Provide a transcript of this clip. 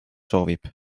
soovib